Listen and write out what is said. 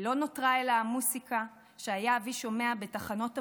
ולא נותרה / אלא המוזיקה שהיה אבי / שומע בתחנות הבושה,